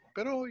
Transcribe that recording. Pero